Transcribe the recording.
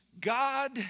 God